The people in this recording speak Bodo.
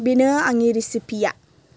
बेनो आंनि रेसिपिया